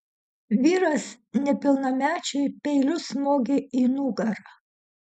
vyras nepilnamečiui peiliu smogė į nugarą